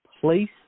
Place